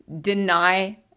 deny